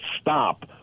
stop